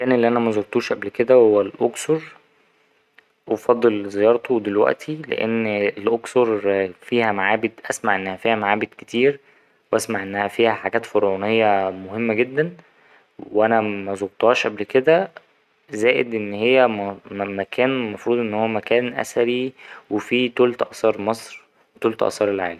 المكان اللي أنا مزورتوش قبل كده هو الأقصر، أفضل زيارته دلوقتي ، لأن الأقصر فيها معابد أسمع إنها فيها معابد كتير وأسمع إنها فيها حاجات فرعونية مهمة جدا وأنا مزورتهاش قبل كده زائد إن هي ماـ ماـ مكان المفروض إن هو مكان أثري وفيه تلت آثار مصر وتلت آثار العالم.